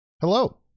Hello